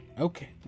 okay